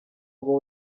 ngo